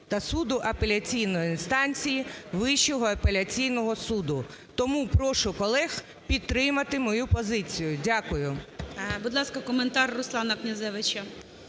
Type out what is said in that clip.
та суду апеляційної інстанції Вищого апеляційного суду. Тому прошу колег підтримати мою позицію. Дякую.